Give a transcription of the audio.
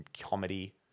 comedy